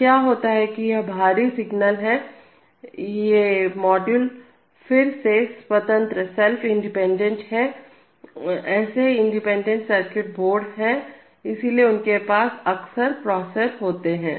तो क्या होता है कि ये बाहरी सिगनल्स हैं ये मॉड्यूल फिर से स्व स्वतंत्र सेल्फ इंडिपेंडेंट हैं ऐसे इंडिपेंडेंट सर्किट बोर्ड हैं इसलिए उनके पास अक्सर प्रोसेसर होते हैं